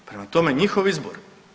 Prema tome njihov izbor.